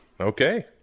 Okay